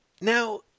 Now